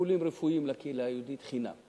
טיפולים רפואיים לקהילה היהודים חינם.